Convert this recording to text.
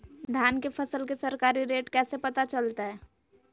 धान के फसल के सरकारी रेट कैसे पता चलताय?